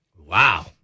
Wow